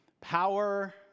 power